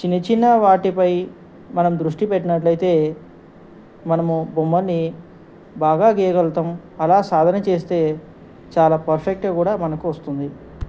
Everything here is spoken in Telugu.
చిన్న చిన్న వాటిపై మనం దృష్టి పెట్టినట్లయితే మనము బొమ్మని బాగా గీయగలులతాం అలా సాధన చేస్తే చాలా పర్ఫెక్ట్గా కూడా పనికి వస్తుంది